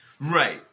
Right